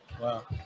Wow